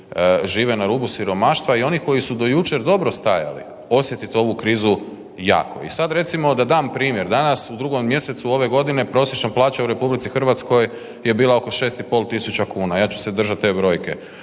žive na rubu siromaštva i oni koji su do jučer dobro stajali osjetiti ovu krizu jako. I sad recimo da dam primjer, danas u 2. mjesecu ove godine prosječna plaća u RH je bila oko 6.500 kuna, ja ću se držat te brojke.